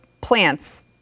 plants